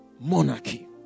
monarchy